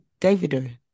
Davido